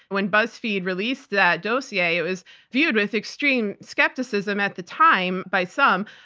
when buzzfeed released that dossier, it was viewed with extreme skepticism at the time by some.